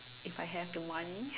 if I have the money